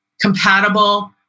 compatible